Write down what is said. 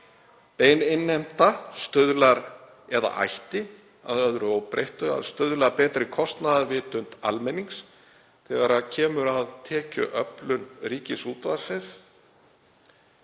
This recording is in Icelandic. Bein innheimta stuðlar, eða ætti að öðru óbreyttu að stuðla að betri kostnaðarvitund almennings þegar kemur að tekjuöflun Ríkisútvarpsins